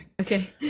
Okay